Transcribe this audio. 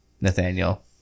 Nathaniel